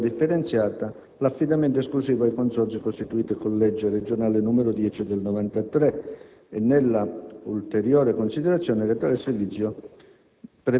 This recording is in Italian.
raccolta differenziata l'affidamento esclusivo ai Consorzi costituiti con legge della Regione Campania n. 10 del 1993, e nella ulteriore considerazione che tale servizio